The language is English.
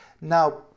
Now